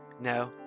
No